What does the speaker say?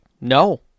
no